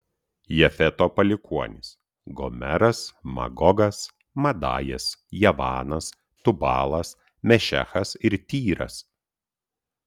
jafeto palikuonys gomeras magogas madajas javanas tubalas mešechas ir tyras